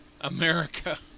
America